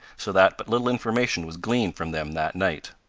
so that but little information was gleaned from them that night.